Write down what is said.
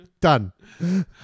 Done